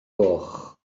goch